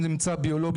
אם זה ממצא ביולוגי,